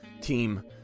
team